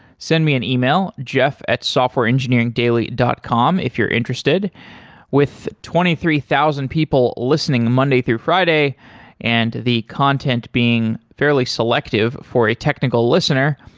send me an e-mail jeff at softwareengineeringdaily dot com if you're interested with twenty three thousand people listening monday through friday and the content being fairly selective for a technical listener,